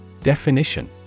Definition